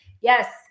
yes